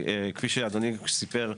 כפי שאדוני סיפר,